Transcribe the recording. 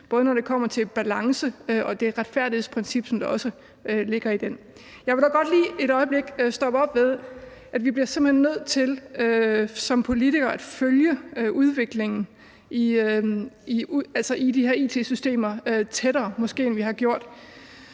både når det kommer til balance og til det retfærdighedsprincip, der også ligger i den. Jeg vil dog godt lige et øjeblik stoppe op ved, at vi som politikere simpelt hen bliver nødt til at følge udviklingen i de her it-systemer tættere, end vi måske har gjort.